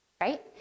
Right